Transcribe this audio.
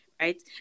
right